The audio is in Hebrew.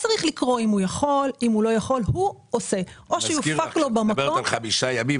כשאת מדברת על חמישה ימים,